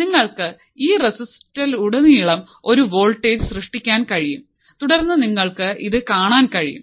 നിങ്ങൾക്ക് ഈ റെസിസ്റ്ററിലുടനീളം ഒരു വോൾട്ടേജ് സൃഷ്ടിക്കാൻ കഴിയും തുടർന്ന് നിങ്ങൾക്ക് ഇത് കാണാൻ കഴിയും